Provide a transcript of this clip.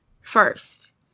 first